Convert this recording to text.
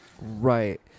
Right